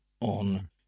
on